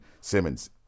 Simmons